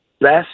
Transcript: best